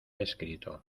escrito